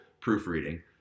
proofreading